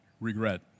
regret